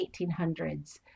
1800s